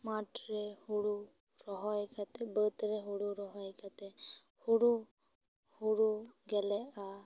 ᱢᱟᱴ ᱨᱮ ᱦᱩᱲᱩ ᱨᱚᱦᱚᱭ ᱠᱟᱛᱮ ᱵᱟᱹᱫ ᱨᱮ ᱦᱩᱲᱩ ᱨᱚᱦᱚᱭ ᱠᱟᱛᱮ ᱦᱩᱲᱩ ᱦᱩᱲᱩ ᱜᱮᱞᱮᱜᱼᱟ